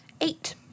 eight